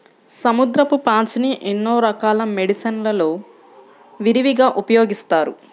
సముద్రపు పాచిని ఎన్నో రకాల మెడిసిన్ లలో విరివిగా ఉపయోగిస్తారు